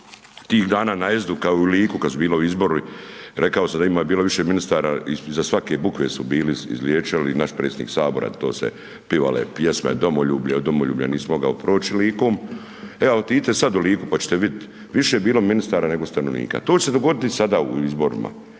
tih dana najezdu kao i u Liku kad su bili ovi izbori, rekao sam da je bilo više ministara iza svake bukve su bili izlijećali i naš predsjednik sabora, to se pivale pjesme, domoljublje, od domoljublja nisi mogao proći Likom, e al otidite sad u Liku pa ćete vidit više je bilo ministara nego stanovnika. To će se dogoditi i sada u izborima,